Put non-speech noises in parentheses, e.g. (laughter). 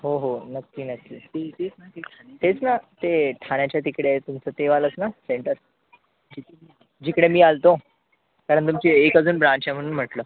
हो हो नक्की नक्की (unintelligible) तेच ना ते ठाण्याच्या तिकडे आहे तुमचं ते वालंच ना सेंटर जिकडे मी आलतो कारण तुमची एक अजून ब्रांच आहे म्हणून म्हटलं